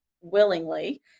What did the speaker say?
willingly